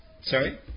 Sorry